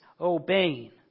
obeying